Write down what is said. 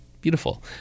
beautiful